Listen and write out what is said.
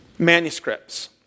Manuscripts